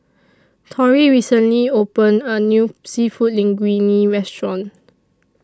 Tory recently opened A New Seafood Linguine Restaurant